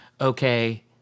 okay